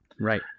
right